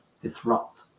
disrupt